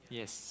yes